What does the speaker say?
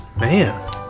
man